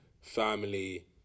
family